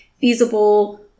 feasible